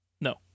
No